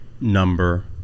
number